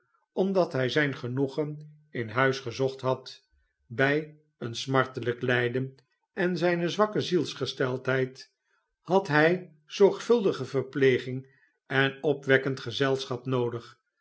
omdat hij zijn genoegen in huis gezocht had bij zijn smarteiijk lijden en zijne zwakke zielsgesteld heid had hij zorgvuldige verpleging en opwekkend gezelschap noodig